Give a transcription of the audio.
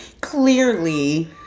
Clearly